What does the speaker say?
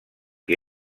que